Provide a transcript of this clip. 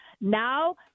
now